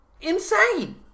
Insane